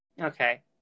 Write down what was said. Okay